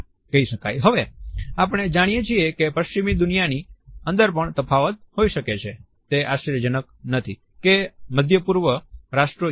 Refer Time 2928 હવે આપણે જાણીએ છીએ કે પશ્ચિમી દુનિયાની અંદર પણ તફાવત હોઈ શકે છે તે આશ્ચર્યજનક નથી કે મધ્ય પૂર્વી રાષ્ટ્રો યુ